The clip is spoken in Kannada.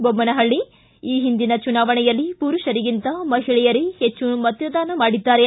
ದೊಮ್ಮನಹಳ್ಳಿ ಈ ಹಿಂದಿನ ಚುನಾವಣೆಯಲ್ಲಿ ಪುರುಷರಿಗಿಂತ ಮಹಿಳೆಯರೇ ಹೆಚ್ಚು ಮತದಾನ ಮಾಡಿದ್ದಾರೆ